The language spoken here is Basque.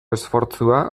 esfortzua